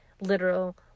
literal